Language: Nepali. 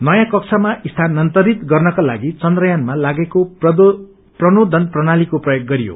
नयाँ कक्षामा स्थानान्तरित गर्नक्ष लागि चन्द्रयानमा लागेको प्रणोदन प्रणालीको प्रयोग गरियो